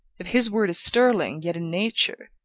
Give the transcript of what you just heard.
if his word is sterling yet in nature,